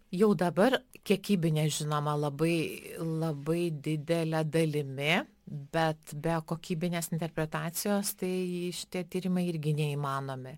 jau dabar kiekybinė žinoma labai labai didele dalimi bet be kokybinės interpretacijos tai šitie tyrimai irgi neįmanomi